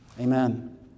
amen